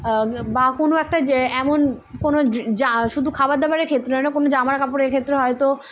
বা কোনো একটা যে এমন কোনো শুধু খাবার দাবারের ক্ষেত্রে হয় না কোনো জামার কাপড়ের ক্ষেত্র হয়ত